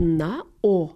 na o